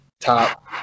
top